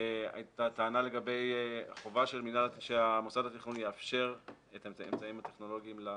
הייתה טענה לגבי החובה שמוסד התכנון יאפשר את האמצעים הטכנולוגיים.